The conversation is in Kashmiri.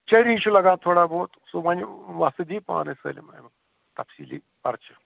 چٔری چھِ لَگان تھوڑا بہت سُہ وَنہِ وۄستہِ دی پانَے سٲلِم اَمیُک تَفصیٖلی پَرچہٕ